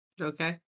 Okay